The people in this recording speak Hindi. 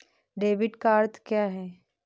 डेबिट का अर्थ क्या है?